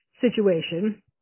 situation